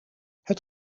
het